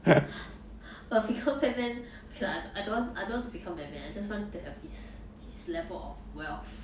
but if become batman okay lah don't I don't want to become batman I just wanted to have his his level of wealth